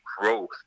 growth